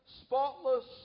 spotless